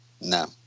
No